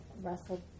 wrestled